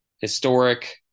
historic